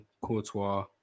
Courtois